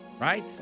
right